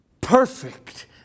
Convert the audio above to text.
perfect